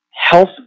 health